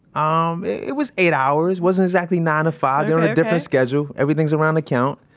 um it was eight hours, wasn't exactly nine to five, they're on a different schedule, everything's around a count.